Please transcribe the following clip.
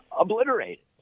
obliterated